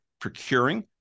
procuring